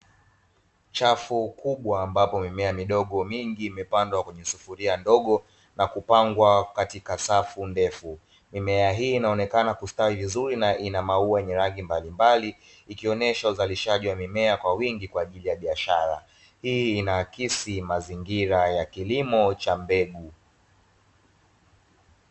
Chafu kubwa ambapo mimea midogo mingi imepandwa kwenye sufuria ndogo na kupangwa katika safu ndefu. Mimea hii inaonekana kustawi vizuri na ina maua yenye rangi mbalimbali ikionesha uzalishaji wa mimea kwa mingi kwa ajili ya biashara. Hii inaakisi mazingira ya kilimo cha mbegu.